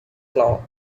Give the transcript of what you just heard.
claw